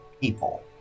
people